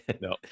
no